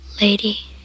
Lady